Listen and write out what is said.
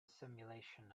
simulation